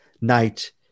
night